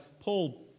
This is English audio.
Paul